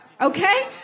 Okay